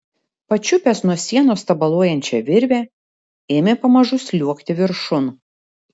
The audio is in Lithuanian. pačiupęs nuo sienos tabaluojančią virvę ėmė pamažu sliuogti viršun